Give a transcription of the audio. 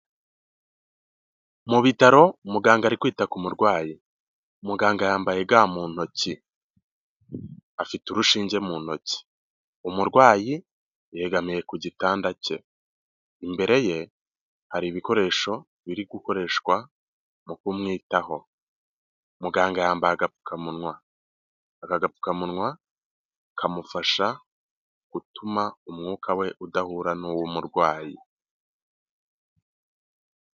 Mu bitaro muganga ari kwita ku murwayi, muganga yambaye ga mu ntoki afite urushinge mu ntoki, umurwayi yegamiye ku gitanda cye imbere ye hari ibikoresho biri gukoreshwa mu kumwitaho, muganga yambaye agapfukamunwa, aka agapfukamunwa kamufasha gutuma umwuka we udahura n'uwumurwayi.